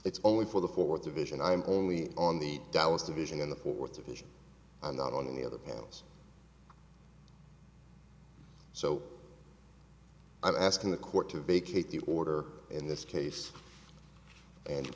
it's only for the fourth division i'm only on the dallas to vision in the fourth division i'm not on the other panels so i'm asking the court to vacate the order in this case and